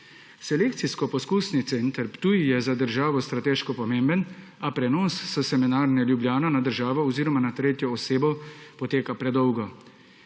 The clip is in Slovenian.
Selekcijsko-poskusni center Ptuj je za državo strateško pomemben, a prenos s Semenarne Ljubljana na državo oziroma na tretjo osebo poteka predolgo.